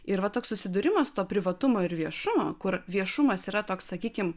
ir va toks susidūrimas to privatumo ir viešumo kur viešumas yra toks sakykim